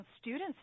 students